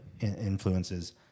influences